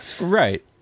Right